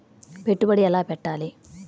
పెట్టుబడి ఎలా పెట్టాలి?